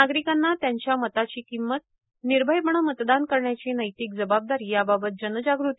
नागरिकांना त्यांच्या मताची किंमत निर्भयपणे मतदान करण्याची नैतिक जबाबदारी याबाबत जनजाग़ती